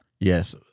Yes